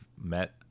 met